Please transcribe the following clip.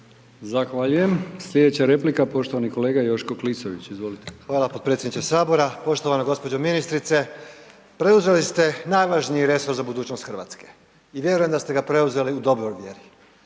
Zahvaljujem. Sljedeća replika, poštovani kolega Joško Klisović, izvolite. **Klisović, Joško (SDP)** Hvala potpredsjedniče Sabora. Poštovana gđo. ministrice. Preuzeli ste najvažniji resor za budućnost Hrvatske i vjerujem da ste ga preuzeli u dobroj vjeri.